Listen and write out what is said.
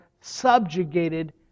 subjugated